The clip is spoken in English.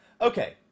Okay